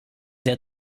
der